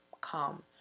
come